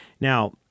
Now